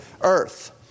earth